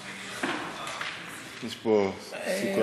יש פה סוכרייה.